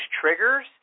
triggers